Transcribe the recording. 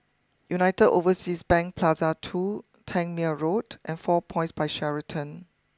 United Overseas Bank Plaza two Tangmere Road and four Points by Sheraton